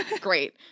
great